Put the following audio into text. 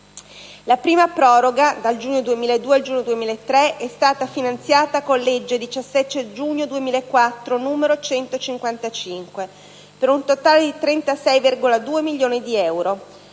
La prima proroga, dal giugno 2002 al giugno 2003, è stata finanziata con la legge 17 giugno 2004, n. 155, per un totale di 36,2 milioni di euro.